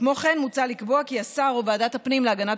כמו כן מוצע לקבוע כי השר או ועדת הפנים והגנת